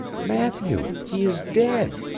matthew, he is dead